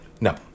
No